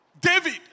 David